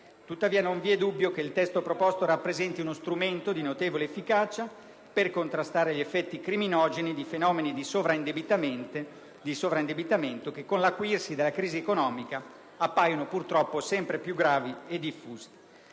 Tuttavia, non vi è dubbio che il testo proposto rappresenti uno strumento di notevole efficacia per contrastare gli effetti criminogeni di fenomeni di sovraindebitamento che, con l'acuirsi della crisi economica, appaiono purtroppo sempre più gravi e diffusi.